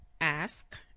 Ask